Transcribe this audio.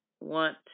want